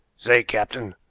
say, captain,